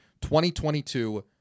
2022